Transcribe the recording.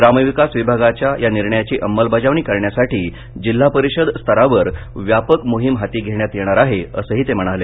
ग्रामविकास विभागाच्या या निर्णयाची अमलबजावणी करण्यासाठी जिल्हा परिषद स्तरावर व्यापक मोहीम होती घेण्यात येणार आहे असंही ते म्हणाले